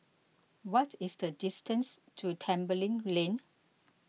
what is the distance to Tembeling Lane